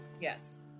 yes